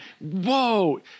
Whoa